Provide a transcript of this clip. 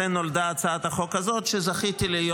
נולדה הצעת החוק הזאת, שזכיתי להיות,